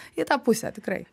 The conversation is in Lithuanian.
į tą pusę tikrai